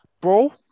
bro